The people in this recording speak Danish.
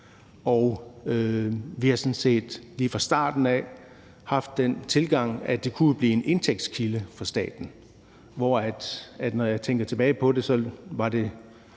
set lige fra starten haft den tilgang, at det jo kunne blive en indtægtskilde for staten. Når jeg tænker tilbage på det, var det